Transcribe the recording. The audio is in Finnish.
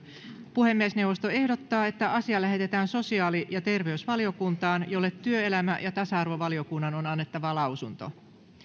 puhemiesneuvosto ehdottaa että asia lähetetään sosiaali ja terveysvaliokuntaan jolle työelämä ja tasa arvovaliokunnan on annettava lausunto